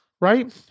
Right